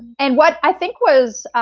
and what i think was